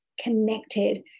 connected